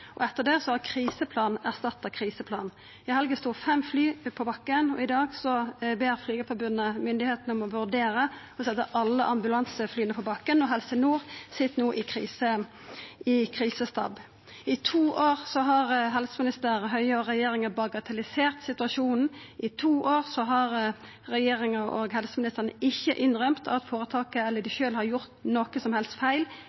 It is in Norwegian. og etter det har kriseplan erstatta kriseplan. I helga stod fem fly på bakken, og i dag ber Flygerforbundet myndigheitene vurdera å setja alle ambulanseflya på bakken. Helse Nord sit no i krisestab. I to år har helseminister Høie og regjeringa bagatellisert situasjonen, i to år har regjeringa og helseministeren ikkje innrømt at føretaket eller dei sjølve har gjort noko som helst feil,